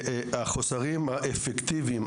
החוסרים האפקטיביים,